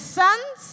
sons